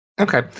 Okay